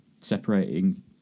separating